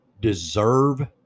deserve